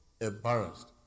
embarrassed